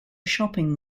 shopping